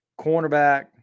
cornerback